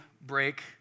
break